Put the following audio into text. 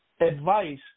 advice